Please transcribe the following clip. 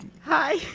Hi